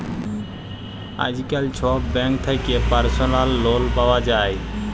আইজকাল ছব ব্যাংক থ্যাকে পার্সলাল লল পাউয়া যায়